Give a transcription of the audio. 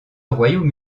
royaume